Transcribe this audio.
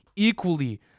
equally